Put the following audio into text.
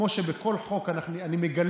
כמו שבכל חוק אני מגלה,